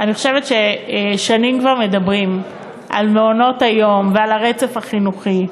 אני חושבת ששנים כבר מדברים על מעונות-היום ועל הרצף החינוכי,